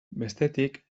bestetik